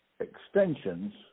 extensions